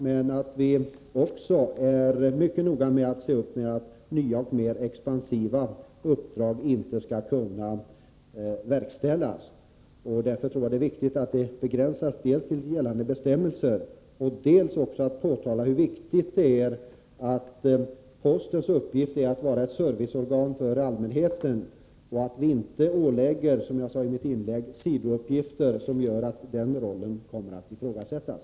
Vi måste också mycket noga se till att nya och mer expansiva uppdrag inte skall kunna verkställas. Därför är det angeläget att dels begränsa verksamheten enligt gällande bestämmelser, dels framhålla att postens uppgift är att vara ett serviceorgan för allmänheten. Vi får inte, som jag sade i mitt tidigare anförande, ålägga posten sidouppgifter som gör att denna roll kommer att ifrågasättas.